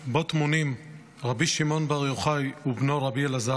שבו טמונים רבי שמעון בר יוחאי ובנו רבי אלעזר,